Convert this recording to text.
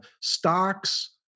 stocks